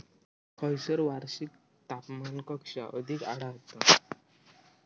खैयसर वार्षिक तापमान कक्षा अधिक आढळता?